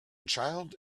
child